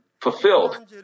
fulfilled